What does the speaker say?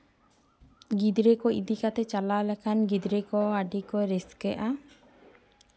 ᱜᱤᱫᱽᱨᱟᱹ ᱠᱚ ᱤᱫᱤ ᱠᱟᱛᱮ ᱪᱟᱞᱟᱣ ᱞᱮᱠᱷᱟᱱ ᱜᱤᱫᱽᱨᱟᱹ ᱠᱚ ᱟᱹᱰᱤ ᱠᱚ ᱨᱟᱹᱥᱠᱟᱹᱜᱼᱟ